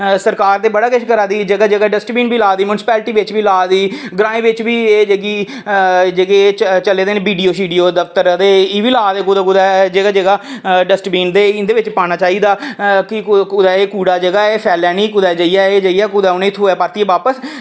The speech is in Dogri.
सरकार ते बड़ा किश करा दी जगह जगह डस्टबिन बी ला दी म्युनसीपेलिटी बिच बी ला दी ग्राएं बिच बी एह् जेह्की ग्राएं बिच बी चलै दे न जेह्के बीडीओ दफ्तर ते एह्बी ला दे कुदै जगह जगह डस्टबिन ते इंदे बिच पाना चाहिदा की कूड़ा जेह्का एह् फैले निं ते कुदै एह् परतियै निं थ्होऐ बापस